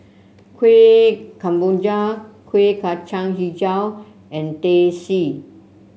Kueh Kemboja Kuih Kacang hijau and Teh C